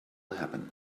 happen